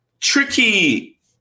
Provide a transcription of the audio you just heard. tricky